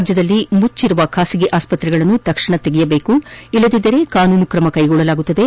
ರಾಜ್ಯದಲ್ಲಿ ಮುಚ್ಚರುವ ಖಾಸಗಿ ಆಸ್ಪತ್ತೆಗಳನ್ನು ತಕ್ಷಣ ತೆರೆಯಬೇಕು ಇಲ್ಲದಿದ್ದರೆ ಕಾನೂನು ತ್ರಮ ತೆಗೆದುಕೊಳ್ಳಲಾಗುತ್ತದೆ